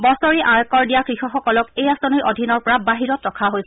বছৰি আয়কৰ দিয়া কৃষকসকলক এই আঁচনিৰ অধীনৰ পৰা বাহিৰত ৰখা হৈছে